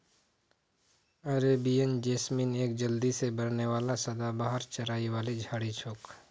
Arabian jasmine एक जल्दी से बढ़ने वाला सदाबहार चढ़ाई वाली झाड़ी छोक